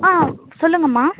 ஆ சொல்லுங்கம்மா